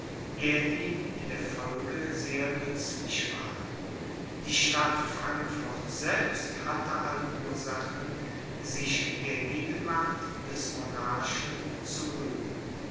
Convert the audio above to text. der ihm in der folge sehr nützlich war die stadt frankfurt selbst hatte alle ursachen sich der gegenwart des monarchen zu rühmen